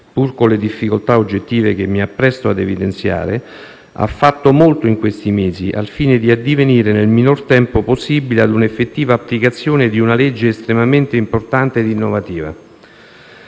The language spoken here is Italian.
pur con le difficoltà oggettive che mi appresto ad evidenziare, ha fatto molto in questi mesi al fine di addivenire, nel minor tempo possibile, ad una effettiva applicazione di una legge estremamente importante ed innovativa.